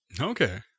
Okay